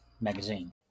magazine